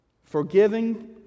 Forgiving